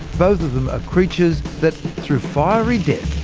both are creatures that, through fiery death,